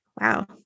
Wow